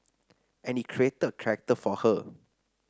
and he created a character for her